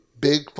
big